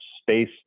space